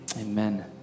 amen